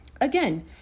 Again